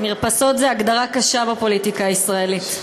"מרפסות" זאת הגדרה קשה בפוליטיקה הישראלית.